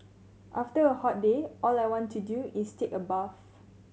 after a hot day all I want to do is take a bath